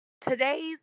today's